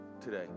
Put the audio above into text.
today